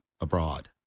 abroad